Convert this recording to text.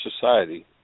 society